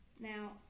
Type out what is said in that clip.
Now